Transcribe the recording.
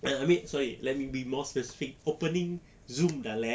no I mean sorry let me be more specific opening Zoom dah lag